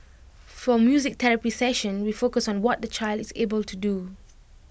for music therapy session we focus on what the child is able to do